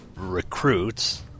recruits